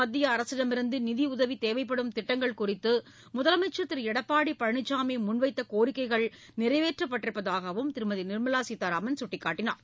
மத்திய அரசிடமிருந்து நிதியுதவி தேவைப்படும் திட்டங்கள் குறித்து முதலமைச்சர் திரு எடப்பாடி பழனிசாமி முன்வைத்த கோரிக்கைகள் நிறைவேற்றப்பட்டிருப்பதாக அவர் கட்டிக்காட்டினார்